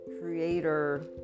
creator